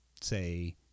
say